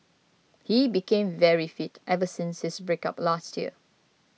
he became very fit ever since his breakup last year